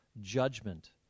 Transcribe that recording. judgment